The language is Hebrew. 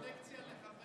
יש פרוטקציה לחברי,